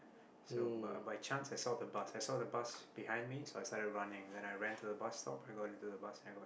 so by by chance I saw the bus I saw the bus behind me so I started running then I ran to the bus stop I got into the bus and I got in